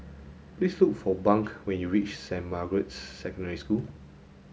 please look for Bunk when you reach Saint Margaret's Secondary School